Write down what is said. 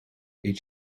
eet